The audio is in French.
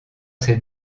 ses